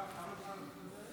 מירב, כמה זמן את מדברת?